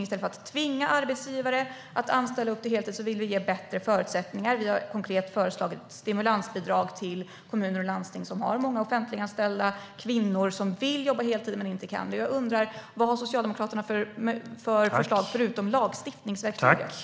I stället för att tvinga arbetsgivare att anställa upp till heltid vill vi ge bättre förutsättningar. Vi har konkret föreslagit stimulansbidrag till kommuner och landsting som har många offentliganställda kvinnor som vill jobba heltid men inte kan det. Jag undrar: Vad har Socialdemokraterna för förslag förutom lagstiftningsverktygen?